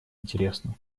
интересно